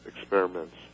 experiments